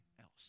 else